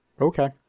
Okay